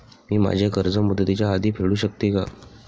मी माझे कर्ज मुदतीच्या आधी फेडू शकते का?